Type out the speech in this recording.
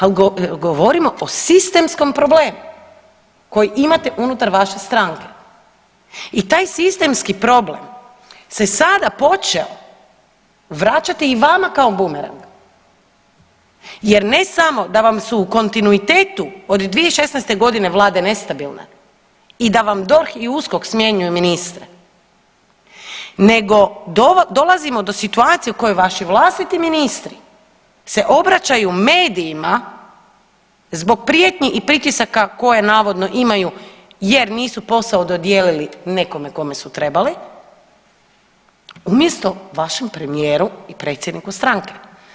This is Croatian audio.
Ali govorimo o sistemskom problemu koji imate unutar vaše stranke i taj sistemski problem se sada počeo vraćati i vama kao bumerang, jer ne samo sa su vam u kontinuitetu od 2016. godine vlade nestabilne i da vam DORH i USKOK smjenjuju ministre nego dolazimo do situacije u kojoj vaši vlastiti ministri se obraćaju medijima zbog prijetnji i pritisaka koje navodno imaju jer nisu posao dodijelili nekome kome su trebali umjesto vašem premijeru i predsjedniku stranke.